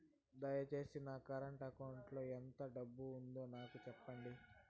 దయచేసి నా current account లో ఎంత డబ్బు ఉందో నాకు సెప్పండి